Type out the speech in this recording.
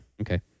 Okay